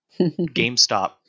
GameStop